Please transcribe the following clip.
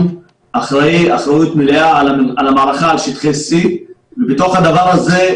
הוא אחראי אחיות מלאה על המערכה על שטחי C. ובתוך הדבר הזה,